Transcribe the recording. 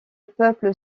peuple